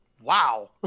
wow